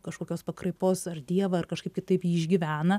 kažkokios pakraipos ar dievą ar kažkaip kitaip jį išgyvena